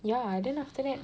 ya and then after that